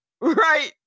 Right